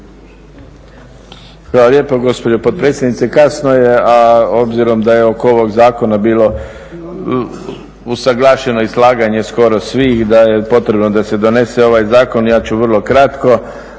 Hvala lijepo gospođo potpredsjednice. Kasno je a obzirom da je oko ovog Zakona bilo usuglašeno i slaganje skoro svih i da je potrebno da se donese ovaj Zakon, ja ću vrlo kratko.